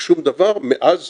שום דבר מאז